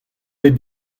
bet